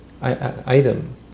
item